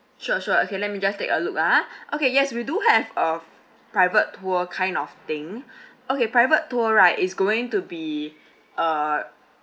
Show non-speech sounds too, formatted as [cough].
sure sure okay let me just take a look ah [breath] okay yes we do have a private tour kind of thing [breath] okay private tour right is going to be [breath] uh